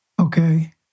okay